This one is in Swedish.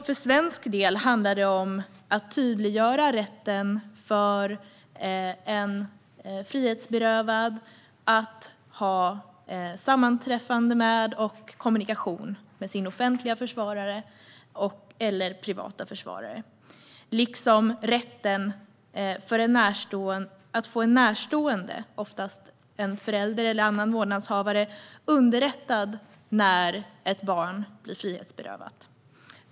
För svensk del handlar det om att tydliggöra rätten för en frihetsberövad att ha sammanträffande och kommunikation med sin offentliga eller privata försvarare, liksom rätten att få en närstående, oftast en förälder eller annan vårdnadshavare, underrättad när ett barn blir frihetsberövat.